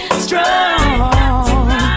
strong